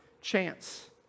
chance